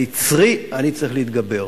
על יצרי אני צריך להתגבר.